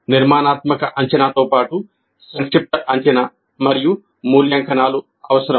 నిర్మాణాత్మక అంచనాతో పాటు సంక్షిప్త అంచనా మరియు మూల్యాంకనాలు అవసరం